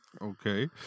Okay